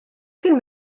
kien